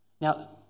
Now